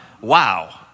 Wow